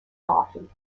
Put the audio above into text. coffee